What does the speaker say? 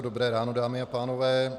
Dobré ráno, dámy a pánové.